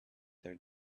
their